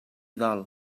dol